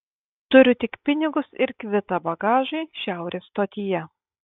turiu tik pinigus ir kvitą bagažui šiaurės stotyje